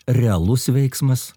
realus veiksmas